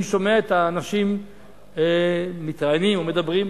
אני שומע את האנשים מתראיינים או מדברים,